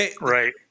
Right